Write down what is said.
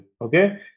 Okay